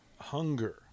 Hunger